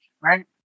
right